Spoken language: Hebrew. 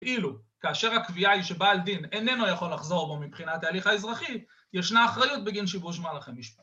אילו כאשר הקביעה היא שבעל דין איננו יכול לחזור בו מבחינת ההליך האזרחי, ישנה אחריות בגין שיבוש מהלכי משפט.